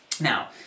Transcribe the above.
Now